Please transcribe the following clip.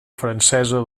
francesa